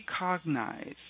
recognize